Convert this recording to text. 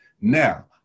Now